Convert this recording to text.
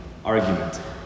argument